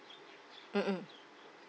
mm mm